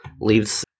Leaves